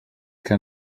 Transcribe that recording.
que